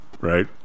Right